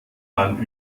man